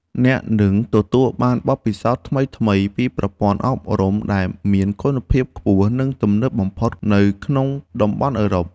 អ្នកនឹងទទួលបានបទពិសោធន៍ថ្មីៗពីប្រព័ន្ធអប់រំដែលមានគុណភាពខ្ពស់និងទំនើបបំផុតនៅក្នុងតំបន់អឺរ៉ុប។